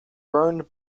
burned